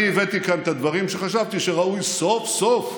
אני הבאתי כאן את הדברים שחשבתי שראוי סוף-סוף,